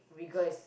rigor is